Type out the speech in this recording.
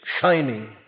shining